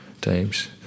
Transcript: teams